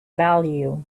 value